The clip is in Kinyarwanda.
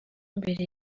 mbere